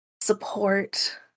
support